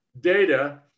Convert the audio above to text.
data